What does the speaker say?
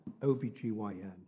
OBGYN